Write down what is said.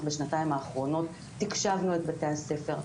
בשנתיים האחרונות תקשבנו את בתי הספר,